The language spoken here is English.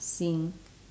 seen